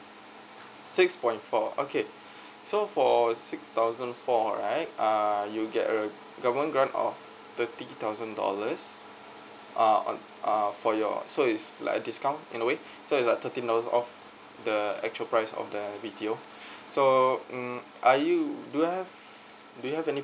six point four okay so for six thousand four right uh you get a government grant of thirty thousand dollars err err for your so it's like a discount in a way so is like thirteen dollars off the actual price of the B_T_O so um are you do you have do you have any